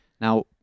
Now